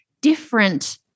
different